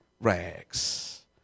rags